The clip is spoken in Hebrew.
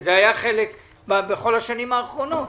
זה היה חלק בכל השנים האחרונות.